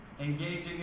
engaging